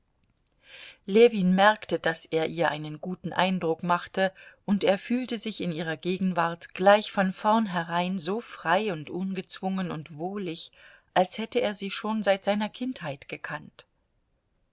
ljewin merkte daß er ihr einen guten eindruck machte und er fühlte sich in ihrer gegenwart gleich von vornherein so frei und ungezwungen und wohlig als hätte er sie schon seit seiner kindheit gekannt